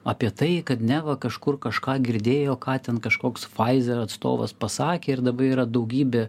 apie tai kad neva kažkur kažką girdėjo ką ten kažkoks pfizer atstovas pasakė ir dabar yra daugybė